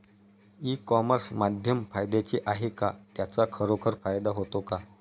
E commerce माध्यम फायद्याचे आहे का? त्याचा खरोखर फायदा होतो का?